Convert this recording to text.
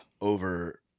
over